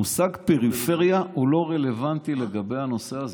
המושג פריפריה הוא לא רלוונטי לגבי הנושא הזה,